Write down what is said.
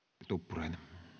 arvoisa